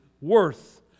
worth